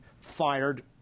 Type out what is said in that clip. fired